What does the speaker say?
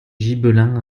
gibelins